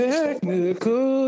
Technical